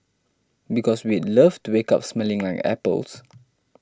because we'd love to wake up smelling like apples